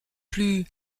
plus